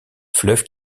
fleuve